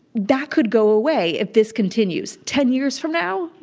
that could go away if this continues. ten years from now,